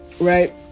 right